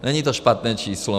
Není to špatné číslo.